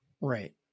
Right